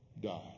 Die